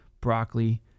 broccoli